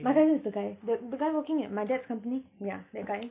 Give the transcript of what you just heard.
my cousin is the guy the the guy working at my dad's company ya that guy